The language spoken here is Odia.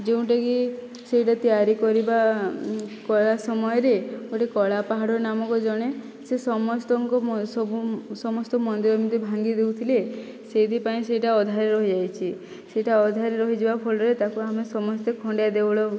ଯେଉଁଟାକି ସେଇଟା ତିଆରି କରିବା କରା ସମୟରେ ଗୋଟିଏ କଳାପାହାଡ଼ ନାମକ ଜଣେ ସେ ସମସ୍ତଙ୍କୁ ସମସ୍ତ ମନ୍ଦିର ଏମିତି ଭାଙ୍ଗି ଦେଉଥିଲେ ସେଇଥିପାଇଁ ସେଇଟା ଅଧାରେ ରହିଯାଇଛି ସେଇଟା ଅଧାରେ ରହିଯିବା ଫଳରେ ତାକୁ ଆମେ ସମସ୍ତେ ଖଣ୍ଡିଆ ଦେଉଳ